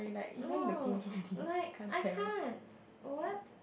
no like I can't what